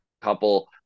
couple